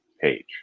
page